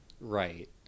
Right